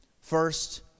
First